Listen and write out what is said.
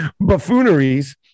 buffooneries